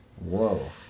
Whoa